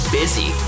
busy